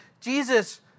Jesus